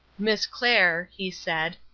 miss clair, he said,